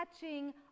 catching